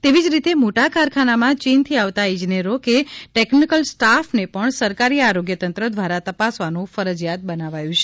તેવી જ રીતે મોટા કારખાનામાં ચીનથી આવતા ઇજનેરો કે ટેક્નિકલ સ્ટાફને પણ સરકારી આરોગ્ય તંત્ર દ્વારા તપાસવાનું ફરજિયાત બનાવ્યું છે